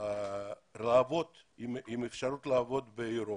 עם אפשרות לעבוד באירופה,